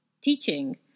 teaching